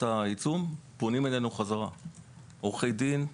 העיצום פונים אלינו בחזרה עם עורכי דין,